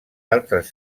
altres